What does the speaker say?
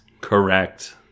Correct